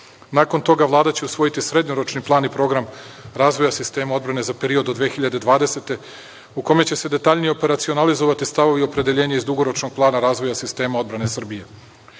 Nakon toga Vlada će usvojiti Srednjoročni plan i program razvoja sistema odbrane za period do 2020. godine u kome će se detaljnije operacionalizovati stavovi i opredeljenja iz Dugoročnog plana razvoja sistema odbrane Srbije. Ciljevi